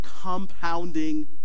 compounding